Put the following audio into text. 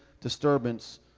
disturbance